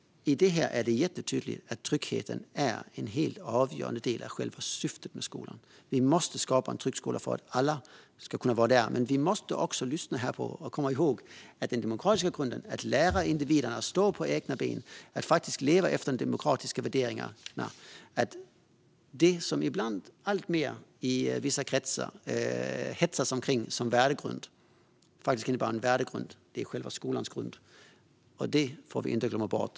Här är det jättetydligt att tryggheten är en helt avgörande del och själva syftet med skolan. Vi måste skapa en trygg skola för att alla ska kunna vara där, men vi måste också lyssna på skollagen och komma ihåg den demokratiska grunden att lära individen att stå på egna ben och leva efter de demokratiska värderingarna. Det här är något som i vissa kretsar ibland hetsas omkring som bara en värdegrund. Men det är inte bara det, utan det är själva skolans grund. Det får vi inte glömma bort.